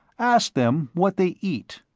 ask them what they eat,